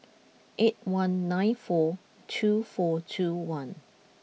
eight one nine four two four two one